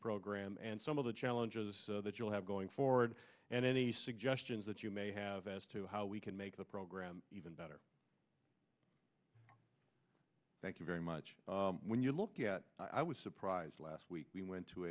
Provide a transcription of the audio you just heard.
program and some of the challenges that you'll have going forward and any suggestions that you may have as to how we can make the program even better thank you very much when you look at i was surprised last week we went